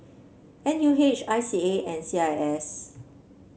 N U H I C A and C I S